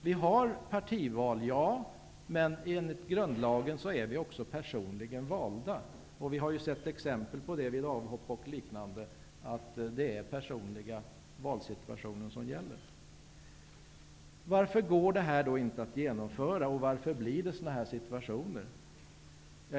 Vi har partival, men enligt grundlagen är vi också personligt valda, och vi har sett exempel på vid avhopp och liknande händelser att det är personliga mandat som gäller. Varför går det då inte att genomföra det vi vill åstadkomma? Varför blir det sådana här situationer?